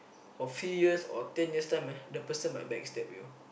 for few years or ten years time ah the person might backstab you